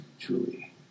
Truly